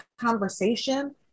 conversation